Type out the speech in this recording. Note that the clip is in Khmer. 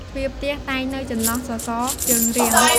ទ្វារផ្ទះតែងនៅចន្លោះសសរជើងរៀង ។